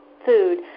Food